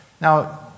Now